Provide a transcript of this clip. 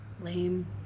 Lame